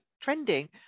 trending